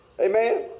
Amen